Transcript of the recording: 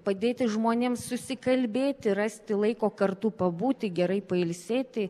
padėti žmonėms susikalbėti rasti laiko kartu pabūti gerai pailsėti